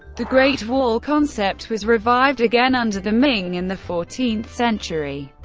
the great wall concept was revived again under the ming in the fourteenth century,